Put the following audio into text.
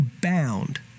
bound